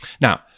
Now